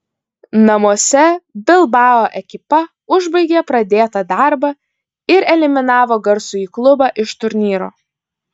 namuose bilbao ekipa užbaigė pradėtą darbą ir eliminavo garsųjį klubą iš turnyro